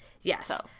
Yes